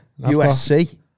USC